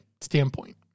standpoint